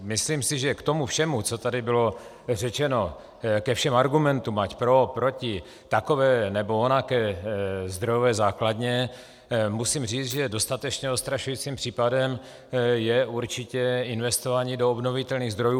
Myslím si, že k tomu všemu, co tady bylo řečeno, ke všem argumentům, ať pro, proti, takové nebo onaké zdrojové základně, musím říct, že dostatečně odstrašujícím případem je určitě investování do obnovitelných zdrojů.